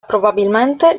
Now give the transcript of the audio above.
probabilmente